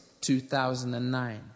2009